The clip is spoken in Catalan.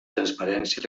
transparència